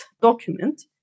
document